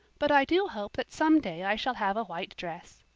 but i do hope that some day i shall have a white dress.